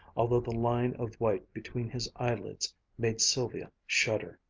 although the line of white between his eyelids made sylvia shudder.